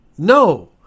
No